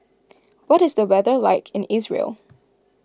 what is the weather like in Israel